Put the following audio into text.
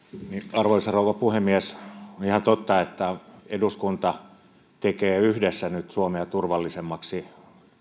arvoisa rouva puhemies on ihan totta että eduskunta tekee yhdessä nyt suomea turvallisemmaksi